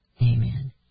Amen